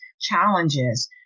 challenges